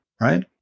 right